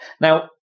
Now